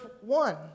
one